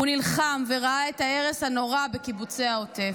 הוא נלחם וראה את ההרס הנורא בקיבוצי העוטף,